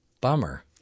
Bummer